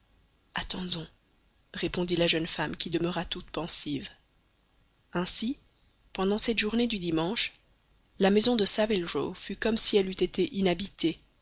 attendons répondit la jeune femme qui demeura toute pensive ainsi pendant cette journée du dimanche la maison de saville row fut comme si elle eût été inhabitée